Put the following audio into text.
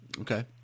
Okay